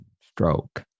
stroke